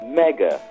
mega